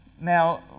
Now